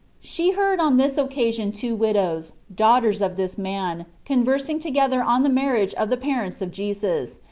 she heard on this occasion two widows, daughters of this man, conversing together on the marriage of the parents of jesus,